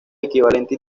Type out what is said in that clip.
equivalente